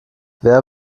wer